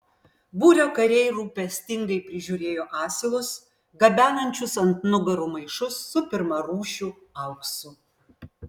būrio kariai rūpestingai prižiūrėjo asilus gabenančius ant nugarų maišus su pirmarūšiu auksu